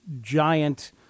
giant